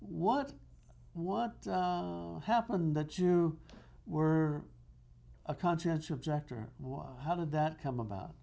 what what happened that you were a conscientious objector how did that come about